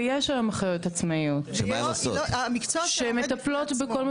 ויש היום אחיות עצמאיות שמטפלות בכל מה